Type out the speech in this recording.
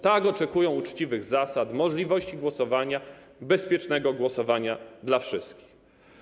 Tak, oczekują uczciwych zasad, możliwości bezpiecznego głosowania dla wszystkich.